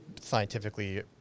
scientifically